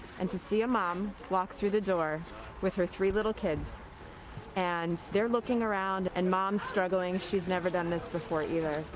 and to see a mom walk through the door with her three little kids and they're looking around and mom's struggling, she's never done this before either,